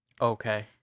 Okay